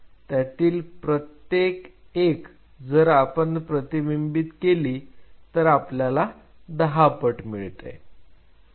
त्यातील प्रत्येक एक जर आपण प्रतिबिंबित केली तर आपल्याला दहापट मिळते